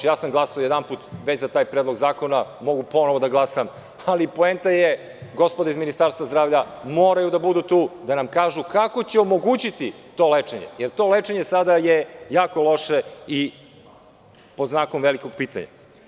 Glasao sam već jedanput za taj predlog zakona i mogu ponovo da glasam, ali poenta je da gospoda iz Ministarstva zdravlja moraju da budu tu i da nam kažu kako će omogućiti to lečenje, jer je to lečenje sada jako loše i pod velikim znakom pitanja.